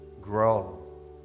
Grow